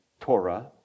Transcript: Torah